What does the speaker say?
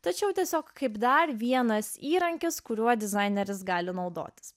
tačiau tiesiog kaip dar vienas įrankis kuriuo dizaineris gali naudotis